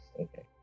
Okay